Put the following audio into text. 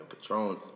Patron